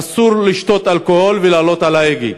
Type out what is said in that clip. אסור לשתות אלכוהול ולעלות על ההגה.